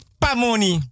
pamoni